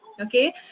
okay